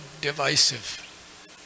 divisive